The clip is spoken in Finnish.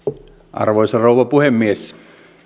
arvoisa rouva puhemies